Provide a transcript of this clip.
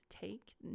take